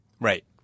Right